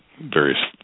various